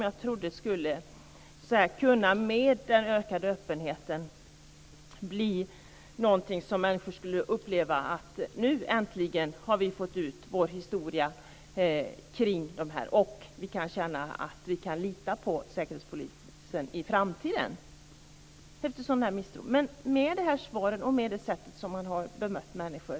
Jag trodde att människor med den ökade öppenheten skulle kunna uppleva att nu äntligen har vi fått ut vår historia kring det här och nu kan vi lita på Säkerhetspolisen i framtiden, men inte efter det här svaret och det sätt på vilket man har bemött människor.